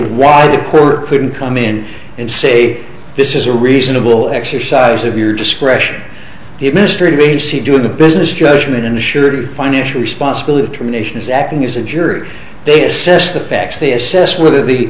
did court couldn't come in and say this is a reasonable exercise of your discretion the administrative agency doing the business judgment ensured financial responsibility terminations acting as a jury they assess the facts they assess whether the